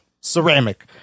Ceramic